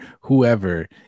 whoever